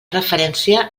referència